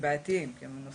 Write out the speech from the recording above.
כבעייתיים ויש